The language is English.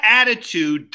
attitude